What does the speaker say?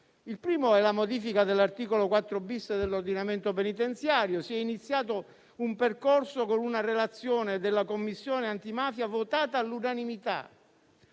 Il primo è la modifica dell'articolo 4-*bis* dell'ordinamento penitenziario. Si è iniziato un percorso, con una relazione della Commissione antimafia votata all'unanimità.